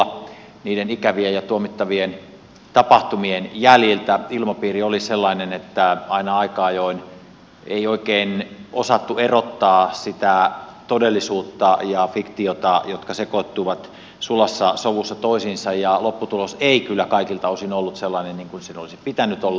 niiden ikävien ja tuomittavien tapahtumien jäljiltä ilmapiiri oli sellainen että aina aika ajoin ei oikein osattu erottaa sitä todellisuutta ja fiktiota jotka sekoittuvat sulassa sovussa toisiinsa ja lopputulos ei kyllä kaikilta osin ollut sellainen kuin sen olisi pitänyt olla